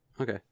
okay